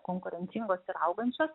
konkurencingos ir augančios